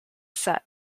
set